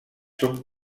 són